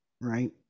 right